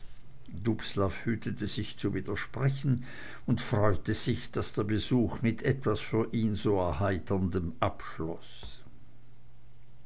dubslav hütete sich zu widersprechen und freute sich daß der besuch mit etwas für ihn so erheiterndem abschloß